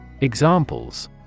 Examples